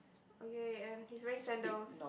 okay and he's wearing sandals